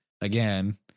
again